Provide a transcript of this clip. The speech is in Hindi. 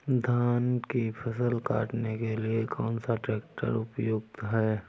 धान की फसल काटने के लिए कौन सा ट्रैक्टर उपयुक्त है?